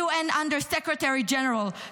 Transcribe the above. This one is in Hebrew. UN Under-Secretary-General,